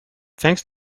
thanks